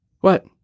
What